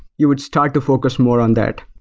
you would start to focus more on that.